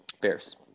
Bears